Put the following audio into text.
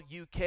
UK